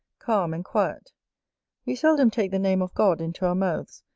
calm and quiet we seldom take the name of god into our mouths,